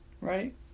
right